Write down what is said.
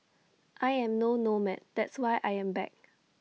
I am no nomad that's why I am back